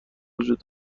وجود